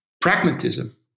pragmatism